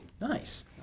Nice